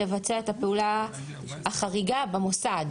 לבצע את הפעולה החריגה במוסד.